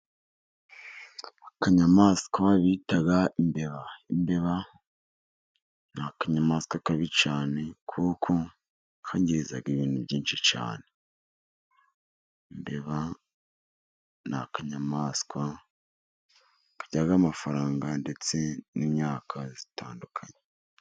Akanyamaswa bita imbeba. Imbeba ni akanyamaswa kabi cyane kuko kangiza ibintu byinshi cyane. Imbeba ni akanyamaswa karya amafaranga, ndetse n'imyaka itandukanye.